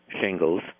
shingles